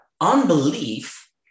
Unbelief